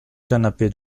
canapé